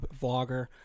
vlogger